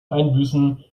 einbüßen